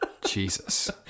Jesus